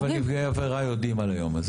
אבל נפגעי העבירה יודעים על היום הזה.